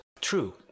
true